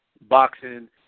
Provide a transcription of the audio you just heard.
Boxing